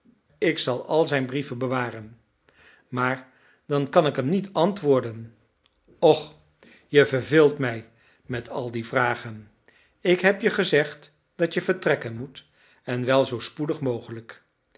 ik zal al zijn brieven bewaren maar dan kan ik hem niet antwoorden och je verveelt mij met al die vragen ik heb je gezegd dat je vertrekken moet en wel zoo spoedig mogelijk